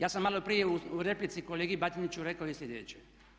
Ja sam malo prije u replici kolegi Batiniću rekao i sljedeće.